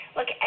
Look